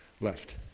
left